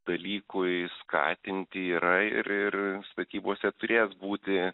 dalykui skatinti yra ir ir statybose turės būti